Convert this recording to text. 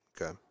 Okay